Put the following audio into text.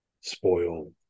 spoil